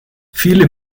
viele